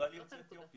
ישראלי יוצא אתיופיה